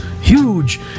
huge